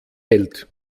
hält